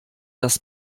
das